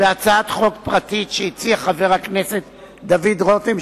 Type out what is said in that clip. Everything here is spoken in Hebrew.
זו הצעת חוק פרטית שהציע חבר הכנסת דוד רותם,